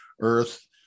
Earth